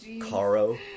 Caro